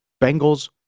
Bengals